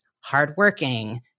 hardworking